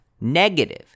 negative